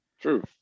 True